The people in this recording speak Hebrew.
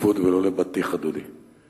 לשקיפות ולא לבטיח, אדוני.